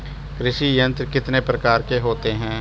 कृषि यंत्र कितने प्रकार के होते हैं?